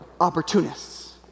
opportunists